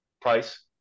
price